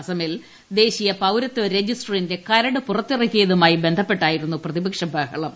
അസമിൽ ദേശീയ പൌരത്വ രജിസ്റ്ററിന്റെ കരട് പുറത്തിറക്കിയതുമായി ബന്ധപ്പെട്ടായിരുന്നു പ്രതിപക്ഷ ബഹളം